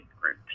group